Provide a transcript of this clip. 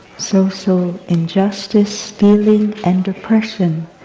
so so injustice, stealing, and oppression,